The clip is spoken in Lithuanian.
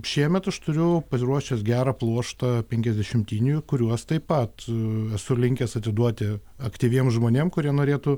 šiemet aš turiu paruošęs gerą pluoštą penkiasdešimtinių kuriuos taip pat esu linkęs atiduoti aktyviem žmonėm kurie norėtų